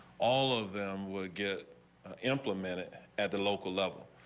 all of them would get implemented at the local level.